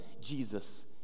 Jesus